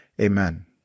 Amen